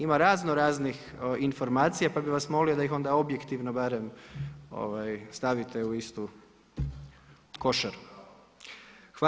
Ima razno raznih informacija pa bih vas molio da ih onda objektivno barem stavite u istu košaru.